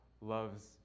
loves